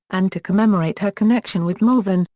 and to commemorate her connection with malvern,